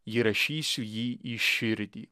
įrašysiu jį į širdį